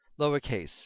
lowercase